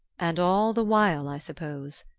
and all the while, i suppose,